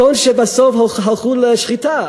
צאן שבסוף הלכו לשחיטה,